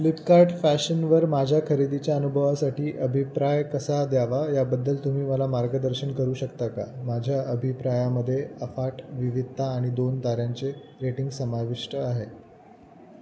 Flipkart फॅशनवर माझ्या खरेदीच्या अनुभवासाठीी अभिप्राय कसा द्यावा याबद्दल तुम्ही मला मार्गदर्शन करू शकता का माझ्या अभिप्रायामध्ये अफाट विविधता आणि दोन ताऱ्यांचे रेटिंग समाविष्ट आहे